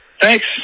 Thanks